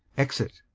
exit